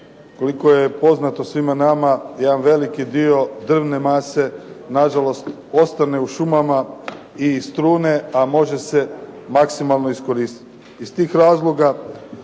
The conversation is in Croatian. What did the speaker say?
Koliko je poznato svima nama jedan veliki dio drvne mase nažalost ostane u šumama i istrune, a može se maksimalno iskoristiti.